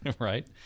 Right